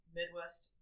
Midwest